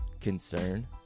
concern